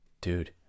dude